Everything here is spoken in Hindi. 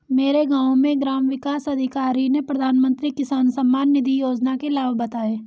मेरे गांव में ग्राम विकास अधिकारी ने प्रधानमंत्री किसान सम्मान निधि योजना के लाभ बताएं